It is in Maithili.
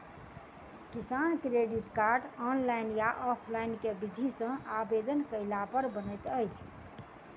किसान क्रेडिट कार्ड, ऑनलाइन या ऑफलाइन केँ विधि सँ आवेदन कैला पर बनैत अछि?